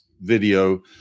video